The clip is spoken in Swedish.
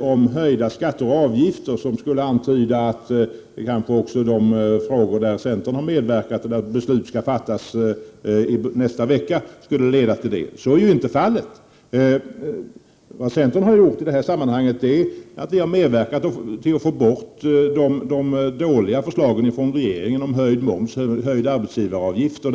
om höjda skatter och avgifter och antydde att några av de frågor där centern har medverkat och där beslut skall fattas nästa vecka skulle leda till sådana. Så är inte fallet. Centern har i det 1 här sammanhanget medverkat till att få bort dåliga förslag från regeringen om höjd moms och höjda arbetsgivaravgifter.